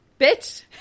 bitch